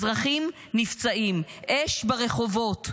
אזרחים נפצעים, אש ברחובות,